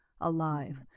alive